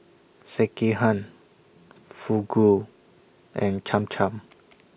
Sekihan Fugu and Cham Cham